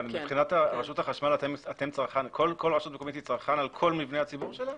מבחינת רשות החשמל כל רשות מקומית היא צרכן על כל מבני הציבור שלה?